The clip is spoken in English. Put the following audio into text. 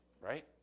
right